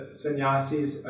sannyasis